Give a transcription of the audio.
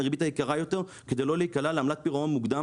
הריבית היקרה יותר כדי לא להיקלע לעמלת פירעון מוקדם